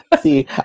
See